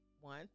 one